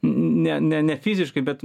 ne ne ne fiziškai bet